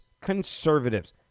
conservatives